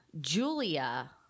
Julia